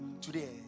Today